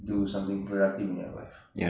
do something productive in your life